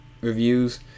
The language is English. reviews